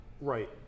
Right